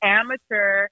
amateur